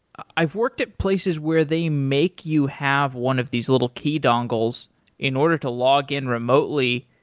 i've worked at places where they make you have one of these little key dongles in order to login remotely.